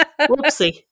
Whoopsie